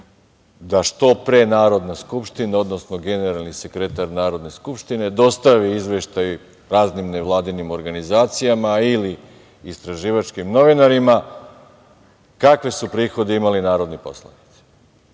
da što pre Narodna skupština, odnosno generalni sekretar Narodne skupštine dostavi izveštaj raznim nevladinim organizacijama ili istraživačkim novinarima kakve su prihode imali narodni poslanici,